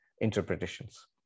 interpretations